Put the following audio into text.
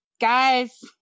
guys